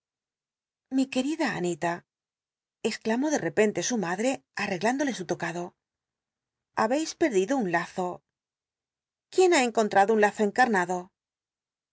i qncl'ida anita exclamó de repen te sumadre l j't'cglúndole su tocado ha beis perd ido un lazo quién ha encontrado un lazo encamado